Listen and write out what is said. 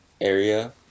area